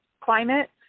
climate